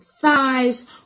thighs